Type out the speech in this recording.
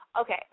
Okay